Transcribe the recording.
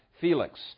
Felix